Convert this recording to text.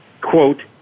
quote